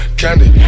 candy